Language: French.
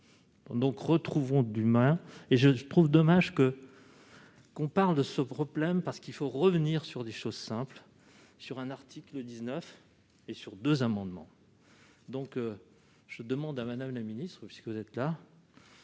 donc retrouveront d'humains, et je trouve dommage que qu'on parle de ce problème, parce qu'il faut revenir sur des choses simples sur un article 19 et sur 2 amendements, donc je demande à Madame la Ministre, puisque vous êtes à.